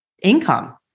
income